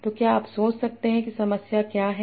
तो क्या आप सोच सकते हैं कि समस्या क्या है